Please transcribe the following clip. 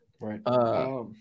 right